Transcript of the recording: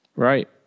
Right